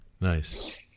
nice